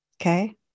Okay